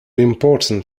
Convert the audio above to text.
important